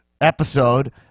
episode